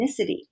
ethnicity